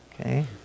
Okay